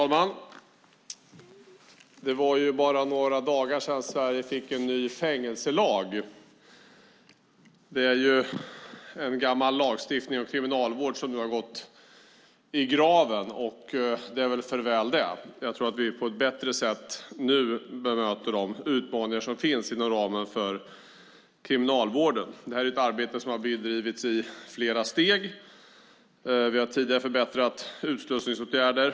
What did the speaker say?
Herr talman! För bara några dagar sedan fick Sverige en ny fängelselag. En gammal lagstiftning och kriminalvård har nu gått i graven, och det är för väl det. Jag tror att vi nu på ett bättre sätt kan bemöta de utmaningar som finns inom ramen för Kriminalvården. Det är ett arbete som bedrivits i flera steg. Vi har tidigare förbättrat utslussningsåtgärderna.